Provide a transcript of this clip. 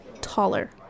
taller